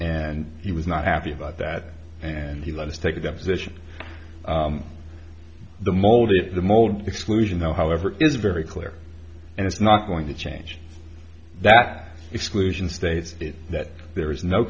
and he was not happy about that and he let us take a deposition the mold of the mold explosion however is very clear and it's not going to change that exclusion states that there is no